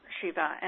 Shiva